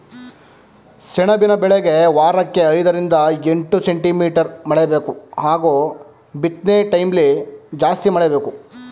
ಸೆಣಬಿನ ಬೆಳೆಗೆ ವಾರಕ್ಕೆ ಐದರಿಂದ ಎಂಟು ಸೆಂಟಿಮೀಟರ್ ಮಳೆಬೇಕು ಹಾಗೂ ಬಿತ್ನೆಟೈಮ್ಲಿ ಜಾಸ್ತಿ ಮಳೆ ಬೇಕು